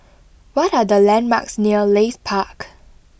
what are the landmarks near Leith Park